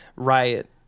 riot